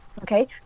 okay